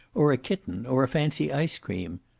or a kitten, or a fancy ice-cream.